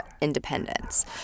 independence